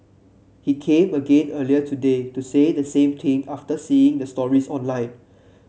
he came again earlier today to say the same thing after seeing the stories online